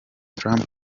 trump